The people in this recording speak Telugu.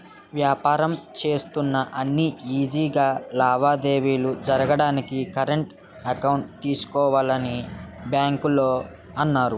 వ్యాపారం చేస్తున్నా అని ఈజీ గా లావాదేవీలు జరగడానికి కరెంట్ అకౌంట్ తీసుకోవాలని బాంకోల్లు అన్నారు